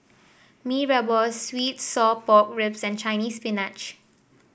Mee Rebus sweet Sour Pork Ribs and Chinese Spinach